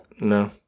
No